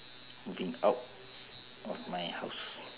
moving out of my house